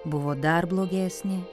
buvo dar blogesnė